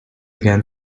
again